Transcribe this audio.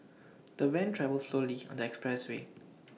the van travelled slowly on the expressway